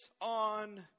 on